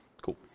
Cool